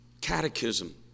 catechism